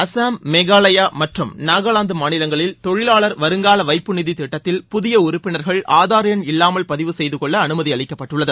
அசாம் மேகாலயா மற்றும் நாகலாந்து மாநிலங்களில் தொழிலாளர் வருங்கால வைப்பு நிதி திட்டத்தில் புதிய உறுப்பினர்கள் ஆதார் எண் இல்லாமல் பதிவு செய்து கொள்ள அனுமதி அளிக்கப்பட்டுள்ளது